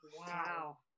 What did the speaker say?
wow